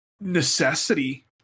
necessity